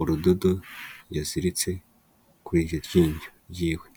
urudodo yaziritse kuri iryo ryinyo ry'iwe.